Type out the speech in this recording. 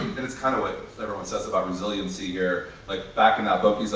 and it's kind of what everyone says about resiliency here. like back in that book, he's